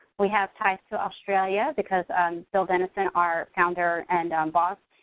we have ties to australia, because ah um bill dennison, our founder and um boss,